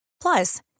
Plus